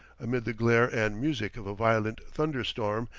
amid the glare and music of a violent thunder-storm,